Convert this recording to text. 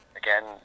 again